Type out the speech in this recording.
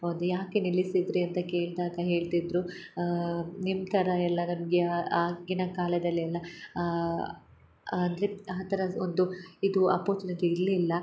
ಅದು ಯಾಕೆ ನಿಲ್ಲಿಸಿದ್ರಿ ಅಂತ ಕೇಳಿದಾಗ ಹೇಳ್ತಿದ್ದರು ನಿಮ್ಮ ಥರ ಎಲ್ಲ ನಮಗೆ ಆಗಿನ ಕಾಲದಲ್ಲೆಲ್ಲ ಅಂದರೆ ಆ ಥರ ಒಂದು ಇದು ಅಪೋರ್ಚುನಿಟಿ ಇರಲಿಲ್ಲ